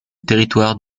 territoire